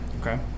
Okay